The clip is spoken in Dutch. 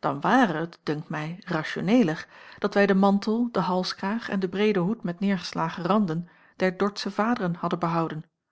dan ware het dunkt mij rationeeler dat wij den mantel den halskraag en den breeden hoed met neêrgeslagen randen der dortsche vaderen hadden behouden